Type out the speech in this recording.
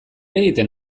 egiten